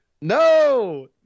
No